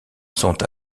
sont